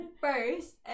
first